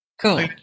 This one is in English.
Cool